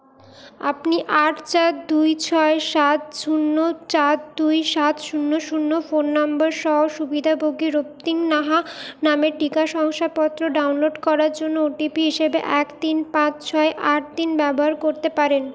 আপনি আট চার দুই ছয় সাত শূন্য চার দুই সাত শূন্য শূন্য ফোন নম্বর সহ সুবিধাভোগী রক্তিম নাহা নামের টিকা শংসাপত্র ডাউনলোড করার জন্য ও টি পি হিসাবে এক তিন পাঁচ ছয় আট তিন ব্যবহার করতে পারেন